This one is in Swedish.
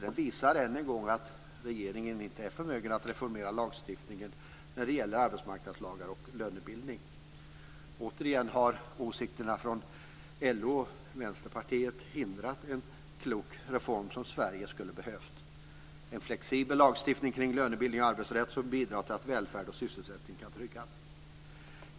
Den visar nämligen än en gång att regeringen inte är förmögen att reformera lagstiftningen när det gäller arbetsmarknadslagar och lönebildning. Återigen har åsikterna från LO och Vänsterpartiet hindrat den kloka reform som Sverige skulle behövt: en flexibel lagstiftning kring lönebildning och arbetsrätt som bidrar till att välfärd och sysselsättning kan tryggas.